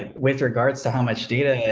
ah with regards to how much data,